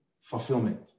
fulfillment